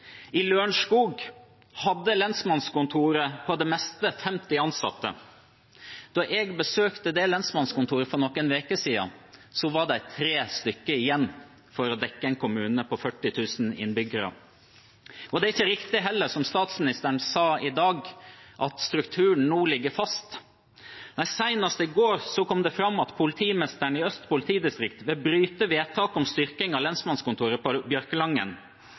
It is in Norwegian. I Lørenskog hadde lensmannskontoret på det meste 50 ansatte. Da jeg besøkte det lensmannskontoret for noen uker siden, var de tre stykker igjen for å dekke en kommune med 40 000 innbyggere. Det er heller ikke riktig som statsministeren sa i dag, at strukturen nå ligger fast. Nei, senest i går kom det fram at politimesteren i Øst politidistrikt vil bryte vedtaket om styrking av lensmannskontoret på Bjørkelangen.